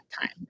time